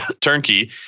turnkey